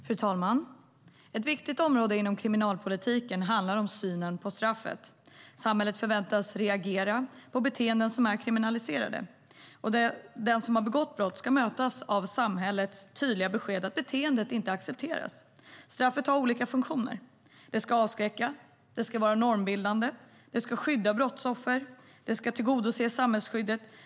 Fru talman! Ett viktigt område inom kriminalpolitiken handlar om synen på straffet. Samhället förväntas reagera på beteenden som är kriminaliserade. Den som har begått brott ska mötas av samhällets tydliga besked att beteendet inte accepteras. Straffet har olika funktioner. Det ska avskräcka. Det ska vara normbildande. Det ska skydda brottsoffer. Det ska tillgodose samhällsskyddet.